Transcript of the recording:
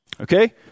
Okay